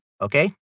Okay